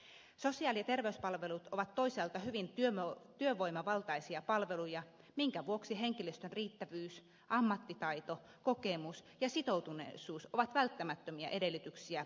sosiaali ja terveyspalvelut ovat toisaalta hyvin työvoimavaltaisia palveluja minkä vuoksi henkilöstön riittävyys ammattitaito kokemus ja sitoutuneisuus ovat välttämättömiä edellytyksiä laadukkaille palveluille